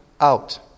out